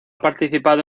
participado